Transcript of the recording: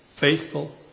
faithful